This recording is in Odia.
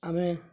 ଆମେ